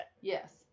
Yes